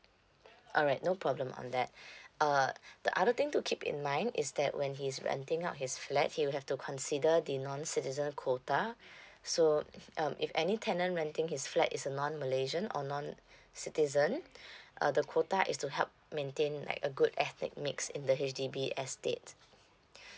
alright no problem on that uh the other thing to keep in mind is that when he's renting out his flat he would have to consider the non citizen quota so um if any tenant renting his flat is a non malaysian or non citizen uh the quota is to help maintain like a good ethnic mix in the H_D_B estate